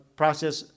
process